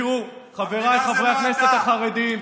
תראו, חבריי חברי הכנסת החרדים,